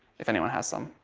if anyone has some.